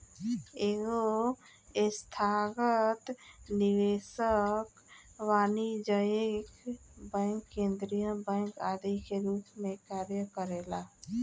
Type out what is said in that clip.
एगो संस्थागत निवेशक वाणिज्यिक बैंक केंद्रीय बैंक आदि के रूप में कार्य करेला